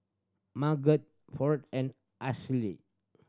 Margot Fount and Ashli